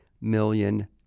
million